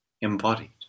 embodied